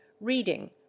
reading